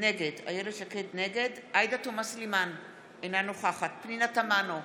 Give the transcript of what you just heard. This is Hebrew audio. נגד עאידה תומא סלימאן, אינה נוכחת פנינה תמנו,